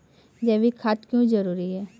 जैविक खाद क्यो जरूरी हैं?